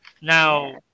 Now